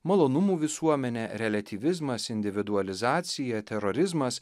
malonumų visuomenė reliatyvizmas individualizacija terorizmas